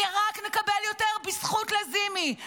כי רק נקבל יותר בזכות לזימי.